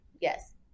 yes